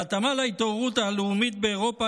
בהתאמה להתעוררות הלאומית באירופה,